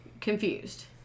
confused